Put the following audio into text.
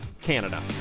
Canada